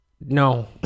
No